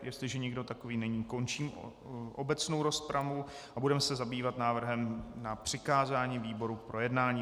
Jestliže nikdo takový není, končím obecnou rozpravu a budeme se zabývat návrhem na přikázání výborům k projednání.